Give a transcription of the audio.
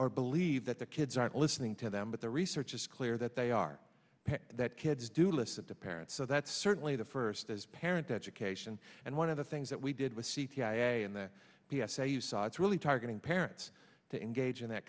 or believe that the kids aren't listening to them but the research is clear that they are that kids do listen to parents so that's certainly the first as parent education and one of the things that we did with c t a in the p s a you saw it's really targeting parents to engage in that